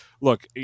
look